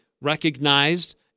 recognized